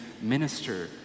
minister